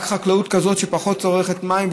רק חקלאות כזאת שפחות צורכת מים,